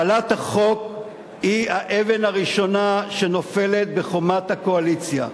הפלת החוק היא האבן הראשונה שנופלת בחומת הקואליציה.